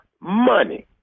money